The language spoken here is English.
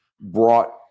brought